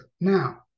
Now